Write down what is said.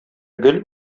гөл